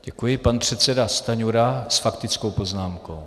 Děkuji, pan předseda Stanjura s faktickou poznámkou.